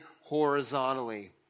horizontally